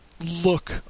look